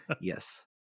yes